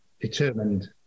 determined